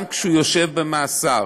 גם כשהוא יושב במאסר